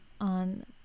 on